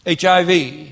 HIV